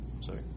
sorry